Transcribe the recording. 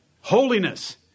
Holiness